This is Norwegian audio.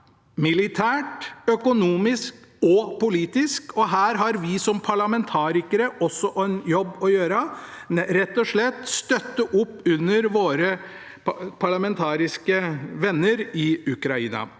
militært, økonomisk og politisk. Her har vi som parlamentarikere en jobb å gjøre ved rett og slett å støtte opp under våre parlamentariske venner i Ukraina.